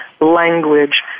language